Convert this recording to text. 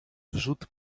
wrzód